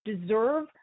deserve